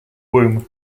womb